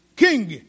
king